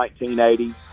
1980